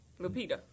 Lupita